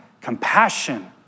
compassion